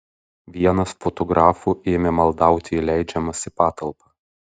vienas fotografų ėmė maldauti įleidžiamas į patalpą